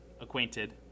acquainted